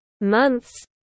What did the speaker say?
months